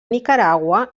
nicaragua